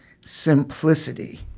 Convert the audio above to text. simplicity